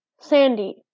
Sandy